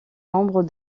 membre